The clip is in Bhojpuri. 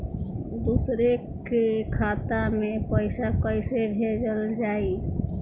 दूसरे के खाता में पइसा केइसे भेजल जाइ?